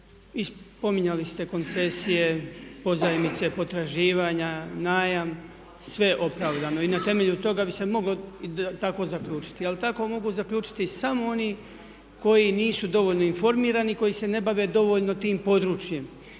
I spominjali ste koncesije, pozajmice, potraživanja, najam, sve je opravdano. I na temelju toga bi se moglo tako zaključiti. Ali tako mogu zaključiti samo oni koji nisu dovoljno informirani i koji se ne bave dovoljno tim područjem.